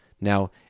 Now